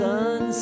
Sun